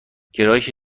گرایش